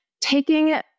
taking